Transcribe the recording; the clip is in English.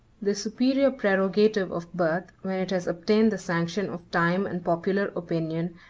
the superior prerogative of birth, when it has obtained the sanction of time and popular opinion,